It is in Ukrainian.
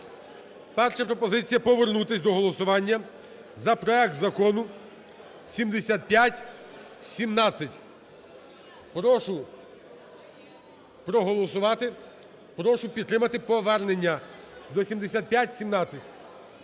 Перша пропозиція: повернутися до голосування за проект Закону 7517. Прошу проголосувати, прошу підтримати повернення до 7517.